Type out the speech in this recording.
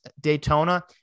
Daytona